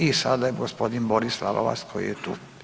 I sada je gospodin Boris Lalovac, koji je tu.